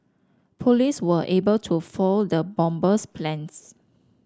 police were able to foil the bomber's plans